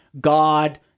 God